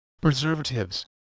preservatives